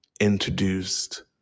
introduced